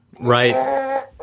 right